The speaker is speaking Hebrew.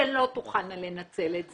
שהן לא תוכלנה לנצל את זה,